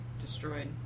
destroyed